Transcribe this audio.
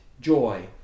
joy